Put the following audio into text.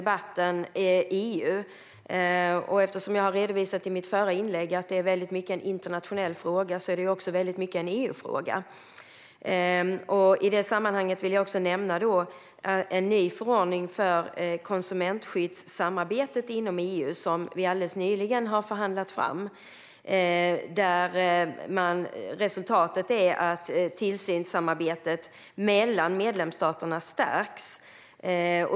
Eftersom detta, som jag redovisade i mitt förra inlägg, i mycket är en internationell fråga är det också i mycket en EU-fråga. I det sammanhanget vill jag nämna en ny förordning för konsumentskyddssamarbetet inom EU, som vi alldeles nyligen har förhandlat fram. Resultatet av detta är att tillsynssamarbetet mellan medlemsstaterna stärks.